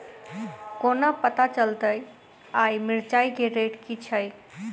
कोना पत्ता चलतै आय मिर्चाय केँ रेट की छै?